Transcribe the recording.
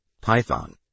Python